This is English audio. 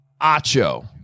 Acho